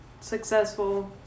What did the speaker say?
successful